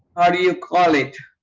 do you call it